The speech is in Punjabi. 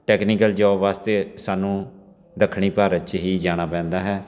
ਟੈਕਨੀਕਲ ਜੋਬ ਵਾਸਤੇ ਸਾਨੂੰ ਦੱਖਣੀ ਭਾਰਤ 'ਚ ਹੀ ਜਾਣਾ ਪੈਂਦਾ ਹੈ